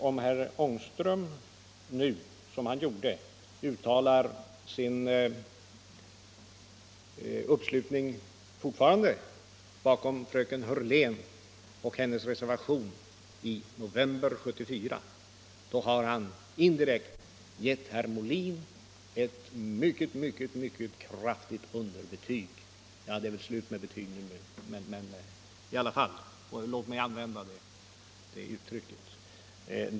Om herr Ångström nu, som han gjorde, uttalar sin uppslutning bakom fröken Hörléns reservation i november 1974, har han indirekt gett herr Molin ett mycket kraftigt underbetyg. Det är visserligen slut med betygen nu, men låt mig använda det uttrycket.